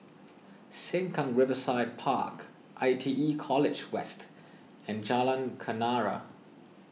Sengkang Riverside Park I T E College West and Jalan Kenarah